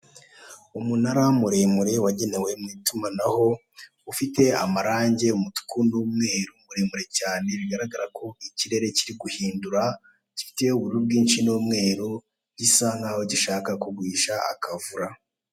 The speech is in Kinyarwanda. Umunara muremure wagenewe mu itumanaho ufite amarangi, umutuku n'umweru, muremure cyane, bigaragara ko ikirere kiri guhindura, gifite ubururu bwinshi n'umweru gisa nk'aho gishaka kugwisha akavura.